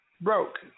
broke